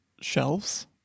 Shelves